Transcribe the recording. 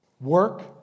Work